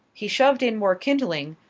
he shoved in more kindling,